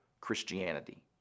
Christianity